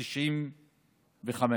1995,